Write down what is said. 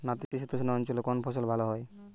নাতিশীতোষ্ণ অঞ্চলে কোন ফসল ভালো হয়?